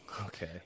okay